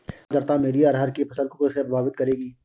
कम आर्द्रता मेरी अरहर की फसल को कैसे प्रभावित करेगी?